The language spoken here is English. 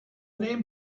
name